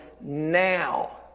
now